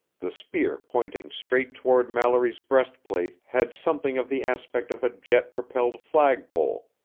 the spear pointing straight toward mallory's breastplate had something of the aspect of a jet-propelled flagpole.